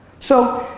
so,